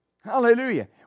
Hallelujah